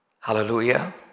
Hallelujah